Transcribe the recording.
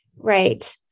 right